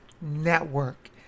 network